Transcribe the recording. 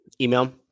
email